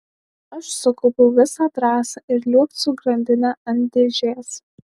aš sukaupiau visą drąsą ir liuokt su grandine ant dėžės